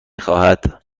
خواهد